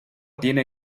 tiene